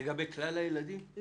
לגבי כלל הילדים?